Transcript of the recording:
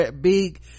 big